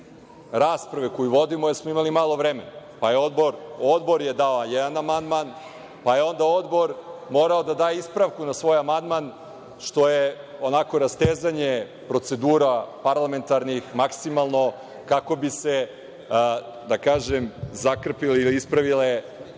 rasprave koju vodimo jer smo imali malo vremena, pa je Odbor dao jedan amandman, pa je onda Odbor morao da da ispravku na svoj amandman, što je onako rastezanje procedura parlamentarnih maksimalno, kako bi se, da kažem, zakrpile ili ispravile